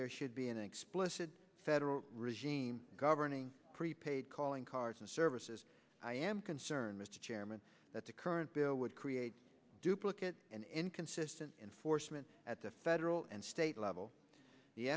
there should be an explicit federal regime governing prepaid calling cards and services i am concerned mr chairman that the current bill would create duplicate and inconsistent enforcement at the federal and state level the